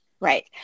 Right